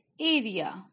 area